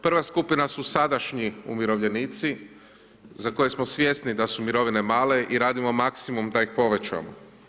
Prva skupina su sadašnji umirovljenici za koje smo svjesni da su mirovine male i radimo maksimum da ih povećamo.